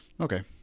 Okay